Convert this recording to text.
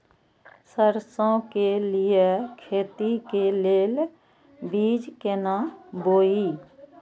सरसों के लिए खेती के लेल बीज केना बोई?